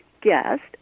guest